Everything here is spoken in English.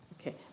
Okay